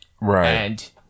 right